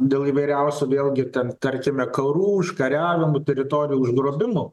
dėl įvairiausių vėlgi ten tarkime karų užkariavimų teritorijų užgrobimų